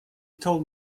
told